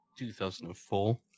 2004